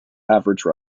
average